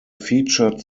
featured